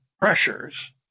pressures